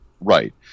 Right